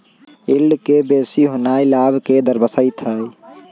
yield के बेशी होनाइ लाभ के दरश्बइत हइ